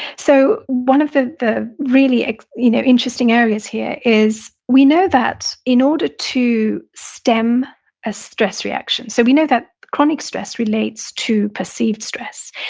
so, one of the the really ah you know interesting areas here is we know that in order to stem a stress reaction, so we know that chronic stress relates to perceived stress.